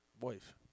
wife